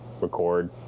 record